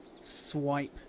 swipe